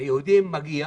שליהודים מגיע